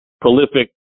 prolific